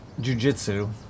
jujitsu